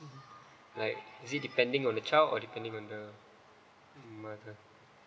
like is it depending on the child or depending on the mother